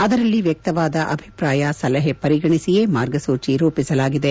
ಅದರಲ್ಲಿ ವ್ಯಕ್ತವಾದ ಅಭಿಪ್ರಾಯ ಸಲಹೆ ಪರಿಗಣಿಸಿಯೇ ಮಾರ್ಗಸೂಚಿ ರೂಪಿಸಲಾಗಿದೆ